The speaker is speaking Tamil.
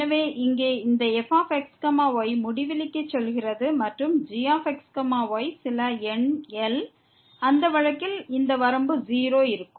எனவே இங்கே இந்த fx y முடிவிலிக்கு செல்கிறது மற்றும் gx y சில எண் L அந்த வழக்கில் இந்த வரம்பு 0 ஆக இருக்கும்